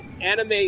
anime